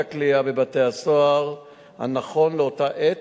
הכליאה בבתי-הסוהר נכון לאותה העת,